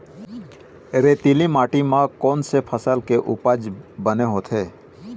रेतीली माटी म कोन से फसल के उपज बने होथे?